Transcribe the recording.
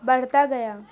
بڑھتا گیا